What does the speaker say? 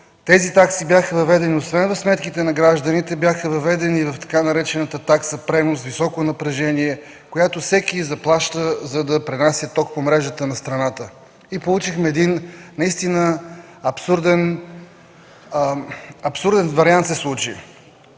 тези такси бяха въведени освен в сметките на гражданите, бяха въведени и в така наречената такса „пренос – високо напрежение”, която всеки заплаща, за да се пренася ток по мрежата на страната. И се случи един наистина абсурден вариант.